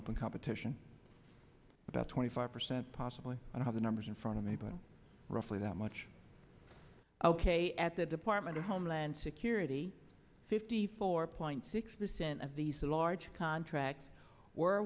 open competition about twenty five percent possibly and have the numbers in front of me been roughly that much ok at the department of homeland security fifty four point six percent of these large contracts were